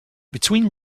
between